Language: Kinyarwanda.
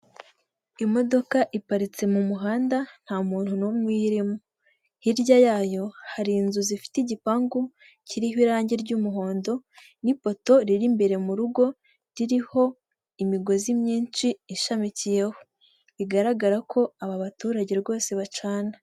Imodoka iparitse mu muhanda nta muntu n'umwe uyimo, hirya yayo hari inzu zifite igipangu kiriho irangi ry'umuhondo n'ipoto riri imbere mu rugo ririho imigozi myinshi ishamikiyeho, bigaragara ko aba baturage rwose bacana.